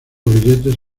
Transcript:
billetes